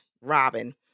robin